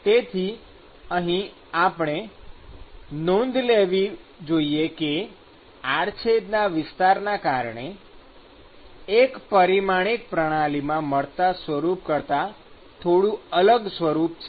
તેથી અહીં આપણે નોંધ લેવી જોઈએ કે આડછેદના વિસ્તારના કારણે એક પરિમાણિક પ્રણાલીમાં મળતા સ્વરૂપ કરતાં થોડુ અલગ સ્વરૂપ છે